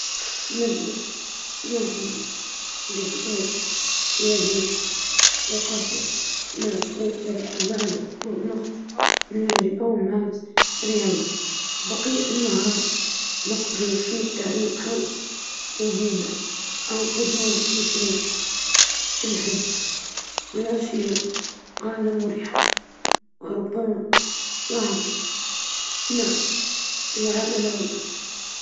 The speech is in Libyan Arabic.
أبدأ يومي بكوب من الشاي، وأمشي في الطبيعة، بعدها أحضر إفطاري وأقرأ كتاب. بعدين أمارس الرياضة، وأقضي وقتًا مع الأصدقاء، بالمساء، أحب أشاهد فيلم أو قضاء وقت هادي مع العائلة.